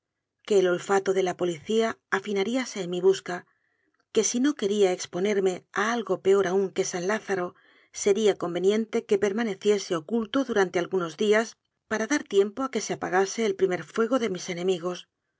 que el olfato de la policía afinaríase en mi busca que si no quería exponerme a algo peor aún que san lázaro sería conveniente que permaneciese oculto durante al gunos días para dar tiempo a que se apagase el primer fuego de mis enemigos